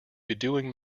bedewing